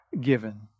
given